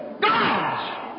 God's